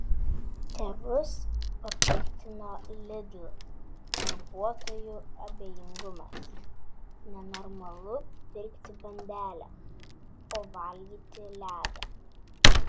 tėvus papiktino lidl darbuotojų abejingumas nenormalu pirkti bandelę o valgyti ledą